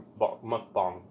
mukbang